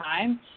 time